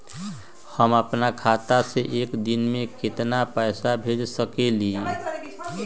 हम अपना खाता से एक दिन में केतना पैसा भेज सकेली?